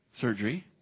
surgery